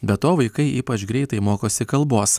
be to vaikai ypač greitai mokosi kalbos